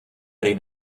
hry